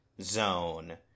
zone